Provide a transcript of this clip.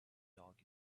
dog